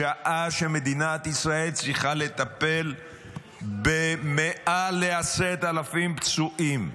בשעה שמדינת ישראל צריכה לטפל במעל ל-10,000 פצועים,